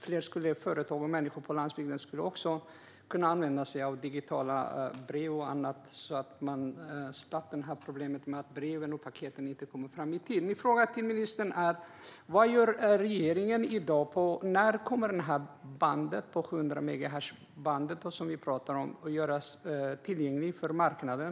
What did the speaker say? Fler människor och företag på landsbygden skulle kunna använda sig av digitala brev och annat. Staten har problem med att brev och paket inte kommer fram i tid. Min fråga till ministern är: Vad gör regeringen i dag? När kommer 700megahertzbandet att göras tillgängligt för marknaden?